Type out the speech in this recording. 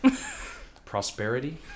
Prosperity